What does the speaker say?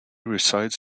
resides